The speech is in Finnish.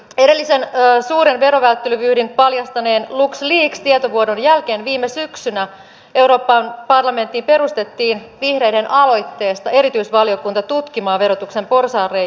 edellisen suuren verovälttelyvyyhdin paljastaneen lux leaks tietovuodon jälkeen viime syksynä euroopan parlamenttiin perustettiin vihreiden aloitteesta erityisvaliokunta tutkimaan verotuksen porsaanreikiä